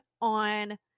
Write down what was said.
on